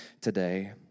today